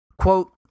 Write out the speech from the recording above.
Quote